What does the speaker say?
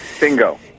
Bingo